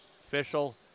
Official